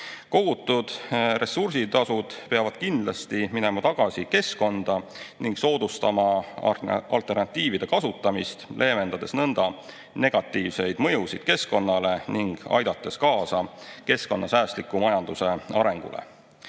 Kogutud ressursitasud peavad kindlasti minema tagasi keskkonda ning soodustama alternatiivide kasutamist, leevendades nõnda negatiivseid mõjusid keskkonnale ja aidates kaasa keskkonnasäästliku majanduse arengule.